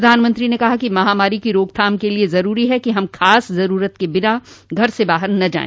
प्रधानमंत्री ने कहा कि महामारी की रोकथाम के लिए जरूरी है कि हम खास जरूरत के बिना घर से बाहर न जाए